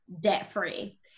debt-free